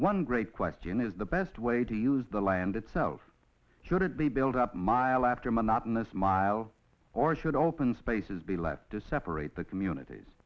one great question is the best way to use the land itself should it be build up mile after monotonous mile or should open spaces be left to separate the communities